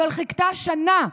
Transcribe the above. אבל חיכתה שנה,